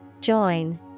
Join